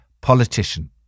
politician